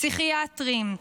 פסיכיאטריים,